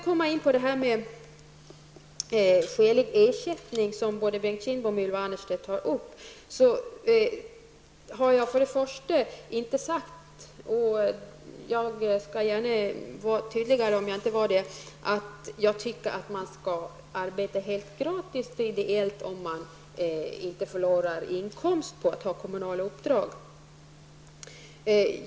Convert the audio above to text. Skälig ersättning har både Bengt Kindbom och Ylva Annerstedt tagit upp. Om jag inte var tydlig nog förra gången, skall jag vara det nu: Jag har inte sagt att man skall fullgöra kommunala uppdrag helt gratis, om man inte förlorar inkomst på det.